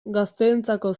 gazteentzako